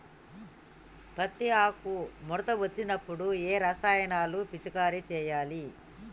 పత్తి ఆకు ముడత వచ్చినప్పుడు ఏ రసాయనాలు పిచికారీ చేయాలి?